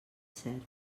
cert